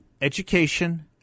education